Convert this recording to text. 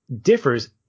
differs